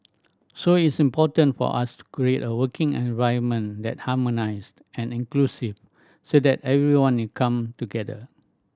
so it's important for us to create a working environment that harmonised and inclusive so that everyone will come together